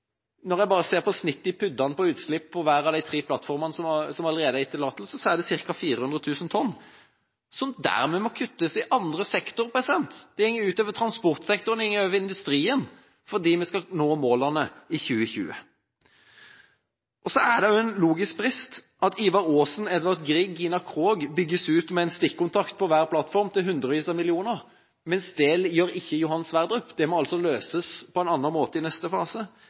Når jeg bare ser på snittet i PUD-ene på utslipp for hver av de tre plattformene som allerede er gitt tillatelse, er det ca. 400 000 tonn – som dermed må kuttes i andre sektorer. Det går ut over transportsektoren, og det går ut over industrien – fordi vi skal nå målene i 2020. Så er det også en logisk brist at Ivar Aasen, Edvard Grieg og Gina Krog bygges ut med en stikkontakt på hver plattform til hundrevis av millioner, mens det ikke gjøres på Johan Sverdrup. Det må altså løses på en annen måte i neste fase.